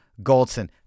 Goldson